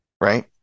right